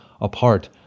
apart